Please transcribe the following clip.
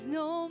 no